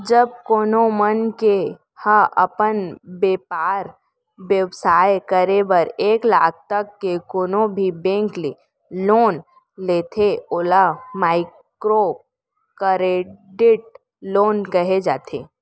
जब कोनो मनखे ह अपन बेपार बेवसाय करे बर एक लाख तक के कोनो भी बेंक ले लोन लेथे ओला माइक्रो करेडिट लोन कहे जाथे